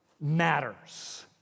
matters